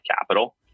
capital